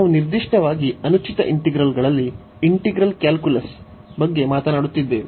ನಾವು ನಿರ್ದಿಷ್ಟವಾಗಿ ಅನುಚಿತ ಇಂಟಿಗ್ರಲ್ಗಳಲ್ಲಿ ಇಂಟಿಗ್ರಲ್ ಕ್ಯಾಲ್ಕುಲಸ್ ಬಗ್ಗೆ ಮಾತನಾಡುತ್ತಿದ್ದೇವೆ